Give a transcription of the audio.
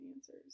answers